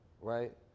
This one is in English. right